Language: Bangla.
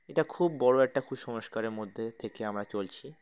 এটা খুব বড় একটা কুসংস্কারের মধ্যে থেকে আমরা চলছি